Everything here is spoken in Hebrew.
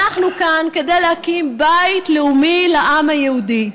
אנחנו כאן כדי להקים בית לאומי לעם היהודי.